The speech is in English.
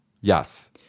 Yes